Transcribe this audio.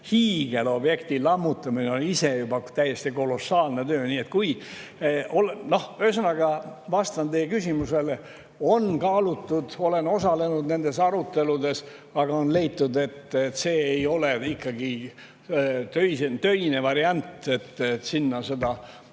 hiigelobjekti lammutamine on ise juba täiesti kolossaalne töö. Ühesõnaga, vastan teie küsimusele: on kaalutud, olen isegi osalenud nendes aruteludes, aga on leitud, et see ei ole töine variant, et selle baasil